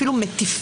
אפילו מטיפים.